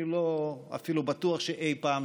אני אפילו לא בטוח שזה קרה אי פעם.